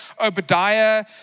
Obadiah